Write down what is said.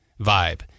vibe